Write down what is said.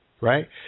Right